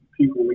people